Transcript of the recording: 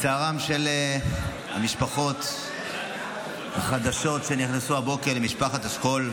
בצערן של המשפחות החדשות שנכנסו הבוקר למשפחת השכול,